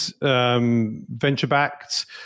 venture-backed